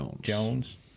Jones